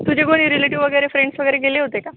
तुझे कोणी रिलेटिव्ह वगैरे फ्रेंड्स वगैरे गेले होते का